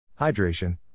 hydration